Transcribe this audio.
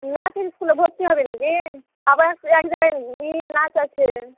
নাচের স্কুলে ভর্তি হবি নাকি আবার সে এক জায়গায় নি নাচ আছে